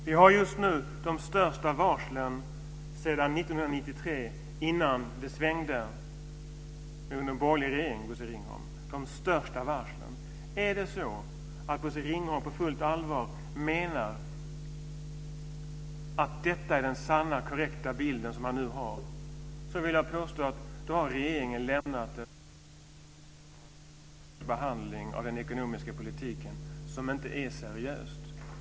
Vi har just nu de största varslen sedan 1993, innan det svängde under en borgerlig regering, Bosse Ringholm. De största varslen. Menar Bosse Ringholm på fullt allvar att detta är den sanna och korrekta bilden vill jag påstå att regeringen har lämnat ett underlag till riksdagens behandling av den ekonomiska politiken som inte är seriöst.